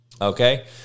Okay